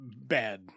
bad